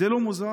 זה לא מוזר?